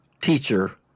teacher